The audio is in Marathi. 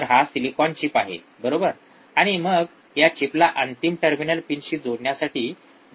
तर हा सिलिकॉन चिप आहे बरोबर आणि मग या चिपला अंतिम टर्मिनल पिनशी जोडण्यासाठी बारीक गेज वायरचा वापर करतात